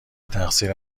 تقصیر